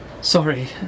Sorry